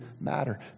matter